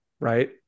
right